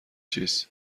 چیز